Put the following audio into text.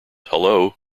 hullo